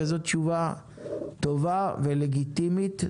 זאת תשובה טובה ולגיטימית.